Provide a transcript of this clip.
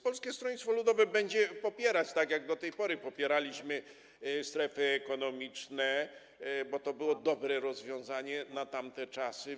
Polskie Stronnictwo Ludowe będzie popierać, tak jak do tej pory popieraliśmy, strefy ekonomiczne, bo to było dobre rozwiązanie na tamte czasy.